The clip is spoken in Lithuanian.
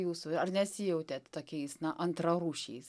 jūsų ar nesijautėt tokiais na antrarūšiais